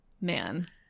Man